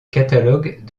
catalogue